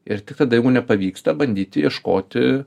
ir tik tada jeigu nepavyksta bandyti ieškoti